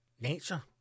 nature